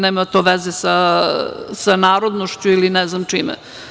Nema to veze sa narodnošću ili ne znam čime.